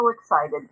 excited